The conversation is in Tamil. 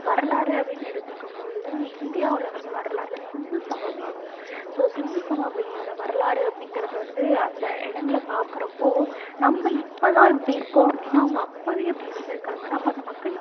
வரலாறு அப்படின்னு எடுத்துக்கும்பொழுது இந்தியாவில் வந்து வரலாறுல சிந்துசமவெளி ஒன்று ஸோ சிந்துசமவெளியோடய வரலாறு அப்படிங்கிறது வந்து அந்த இடங்களை பார்க்குறப்போ நம்ம இப்பதான் இப்படி இருக்கோம் அப்படின்னா அவங்க அப்பவே அப்படி இருந்திருக்காங்கன்னா அப்போ அந்த மக்கள்